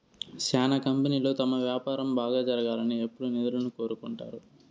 శ్యానా కంపెనీలు తమ వ్యాపారం బాగా జరగాలని ఎప్పుడూ నిధులను కోరుకుంటారు